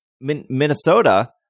Minnesota